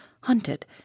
hunted